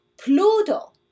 Pluto